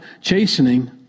chastening